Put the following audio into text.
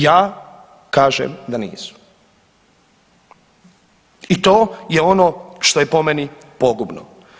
Ja kažem da nisu i to je ono što je po meni pogubno.